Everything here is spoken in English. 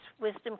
wisdom